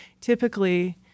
Typically